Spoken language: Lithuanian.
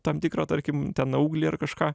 tam tikrą tarkim ten auglį ar kažką